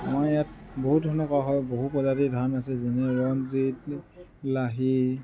আমাৰ ইয়াত বহুত ধৰণে কৰা হয় বহু প্ৰজাতিৰ ধান আছে যেনে ৰঞ্জিত লাহি